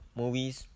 movies